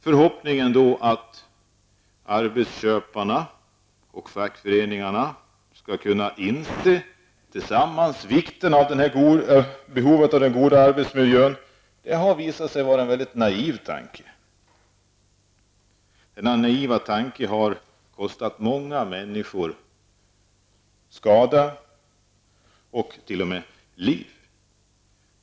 Förhoppningen att arbetsköparna och fackföreningarna skall tillsammans kunna inse behovet av en god arbetsmiljö har visat sig vara en väldigt naiv tanke. Denna naiva tanke har kostat många människor skada och t.o.m. liv.